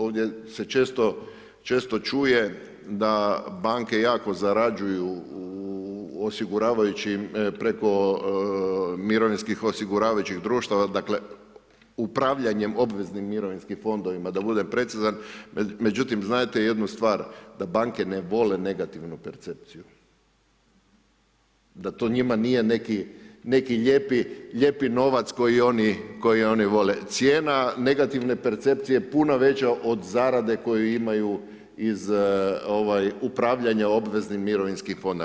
Ovdje se često čuje da banke jako zarađuju u osiguravajućim, preko mirovinskih osiguravajućih društava, dakle, upravljanjem obveznim mirovinskim fondovima, da budem precizan, međutim znajte jednu stvar, da banke ne vole negativnu percepciju, da to njima nije neki lijepi novac koji oni vole cijena negativne percepcije je puno veća od zarade koju imaju iz upravljanja obveznim mirovinskim fondom.